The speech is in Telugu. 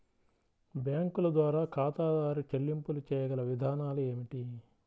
బ్యాంకుల ద్వారా ఖాతాదారు చెల్లింపులు చేయగల విధానాలు ఏమిటి?